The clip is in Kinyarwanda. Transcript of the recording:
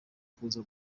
kuza